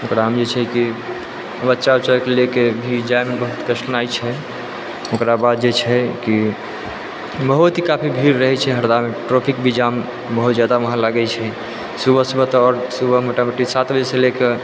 ओकरामे छै कि बच्चा उच्चाके ले के जाएमे भी बहुत कठिनाइ छै ओकरा बाद जे छै कि बहुत ही काफी भीड़ रहै छै ट्रेफिक भी जाम बहुत जादा वहाँ लागै छै सुबह सुबह तऽ आओर सुबह और मोटा मोटी सात बजे से लए कऽ